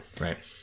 Right